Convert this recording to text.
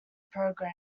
program